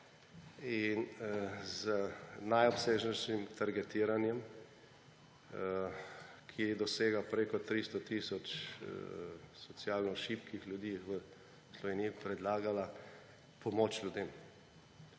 in z najobsežnejšim targetiranjem, ki dosega preko 300 tisoč socialno šibkih ljudi v Sloveniji, predlagala pomoč ljudem.